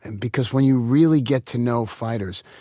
and because when you really get to know fighters,